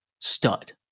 Stud